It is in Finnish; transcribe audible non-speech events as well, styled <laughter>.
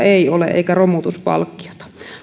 <unintelligible> ei ole sähköpyörien hankintatukea eikä romutuspalkkiota